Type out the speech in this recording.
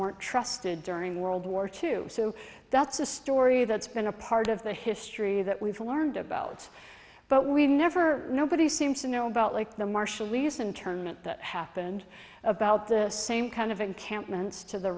weren't trusted during world war two so that's a story that's been a part of the history that we've all learned about but we never nobody seems to know about like the marshallese internment that happened about the same kind of encampments to the